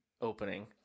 opening